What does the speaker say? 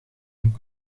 een